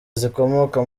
zikomoka